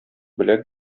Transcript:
белән